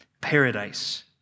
paradise